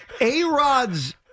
A-Rod's